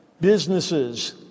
businesses